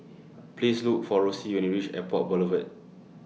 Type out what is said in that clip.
Please Look For Roxie when YOU REACH Airport Boulevard